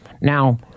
Now